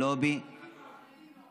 החתולות כבר מחונכות, החרדים לא.